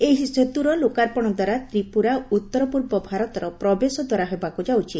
ଏହି ସେତୁର ଲୋକାର୍ପଣ ଦ୍ୱାରା ତ୍ରିପୁରା ଉତ୍ତର ପୂର୍ବ ଭାରତର ପ୍ରବେଶ ଦ୍ଧାର ହେବାକୁ ଯାଉଛି